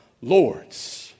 Lords